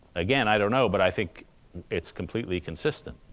again, i don't know, but i think it's completely consistent.